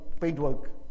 paintwork